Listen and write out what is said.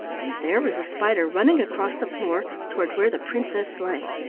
and there was the spider running across the floor toward where the princess lay.